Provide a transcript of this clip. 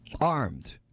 Armed